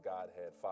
Godhead